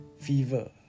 fever